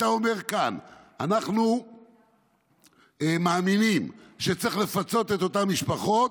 ואתה אומר כאן: "אנחנו מאמינים שצריך לפצות את אותן משפחות,